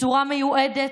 בצורה ייעודית,